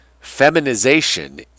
feminization